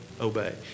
obey